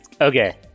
Okay